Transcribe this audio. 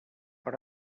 per